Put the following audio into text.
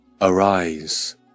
Arise